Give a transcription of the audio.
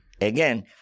again